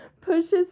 pushes